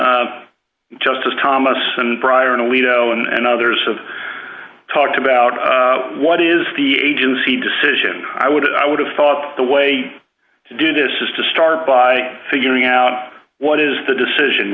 justice thomas and pryor and alito and others have talked about what is the agency decision i would i would have thought the way to do this is to start by figuring out what is the decision